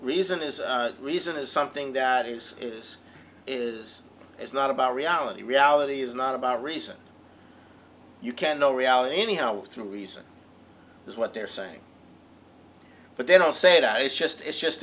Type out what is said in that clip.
reason reason is reason is something that is is is is not about reality reality is not about reason you can know reality anyhow through reason is what they're saying but they don't say that it's just it's just